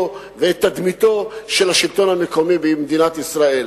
ואת תדמיתו של השלטון המקומי במדינת ישראל.